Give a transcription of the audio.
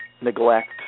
neglect